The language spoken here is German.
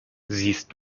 siehst